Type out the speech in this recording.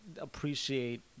appreciate